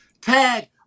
Tag